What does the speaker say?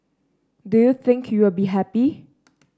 do you think you will be happy